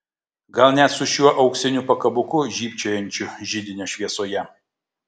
gal net su šiuo auksiniu pakabuku žybčiojančiu židinio šviesoje